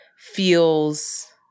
feels